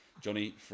Johnny